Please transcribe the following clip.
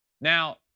Now